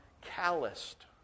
calloused